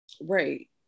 right